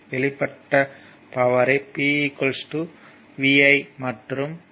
வெளிப்படுத்தப்பட்ட பவர்யை P VI மற்றும் V IR ஆகும்